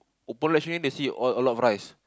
open latch only they see a a lot of rice